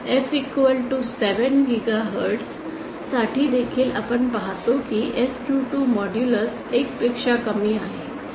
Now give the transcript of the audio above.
F 7 gigahertz साठी देखील आपण पाहतो की S22 मॉड्यूलस 1 पेक्षा कमी आहे